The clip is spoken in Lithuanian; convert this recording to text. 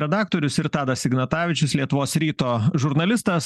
redaktorius ir tadas ignatavičius lietuvos ryto žurnalistas